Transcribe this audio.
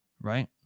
Right